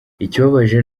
ikibabaje